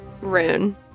rune